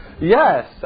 Yes